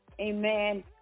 amen